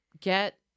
get